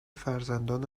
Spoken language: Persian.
فرزندان